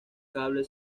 cable